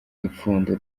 ipfundo